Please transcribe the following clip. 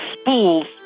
spools